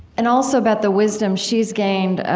and also about the wisdom she's gained,